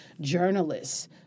journalists